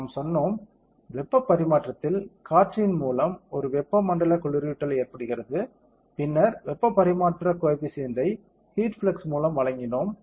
நாம் சொன்னோம் வெப்ப பரிமாற்றத்தில் காற்றின் மூலம் ஒரு வெப்பமண்டல குளிரூட்டல் ஏற்படுகிறது பின்னர் வெப்பப் பரிமாற்ற கோயெபிசியன்ட் ஐ ஹீட் ஃப்ளக்ஸ் மூலம் வழங்கினோம்